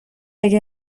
اگه